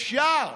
אפשר.